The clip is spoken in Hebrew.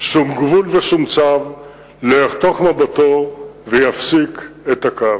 שום גבול ושום צו / לא יחתוך מבטו ויפסיק את הקו".